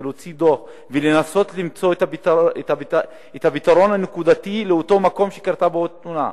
ולהוציא דוח ולנסות למצוא את הפתרון הנקודתי לאותו מקום שקרתה בו תאונה.